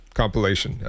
compilation